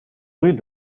rue